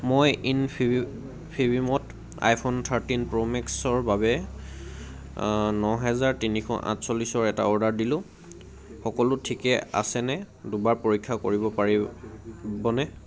মই ইনফিবিমত iPhone thirteen প্ৰ'মেক্সৰ বাবে নহেজাৰ তিনিশ আঠচল্লিছৰ এটা অৰ্ডাৰ দিলোঁ সকলো ঠিকে আছে নে দুবাৰ পৰীক্ষা কৰিব পাৰিবনে